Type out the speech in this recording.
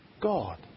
God